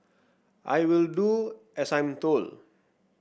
I will do as I'm told